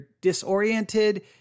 disoriented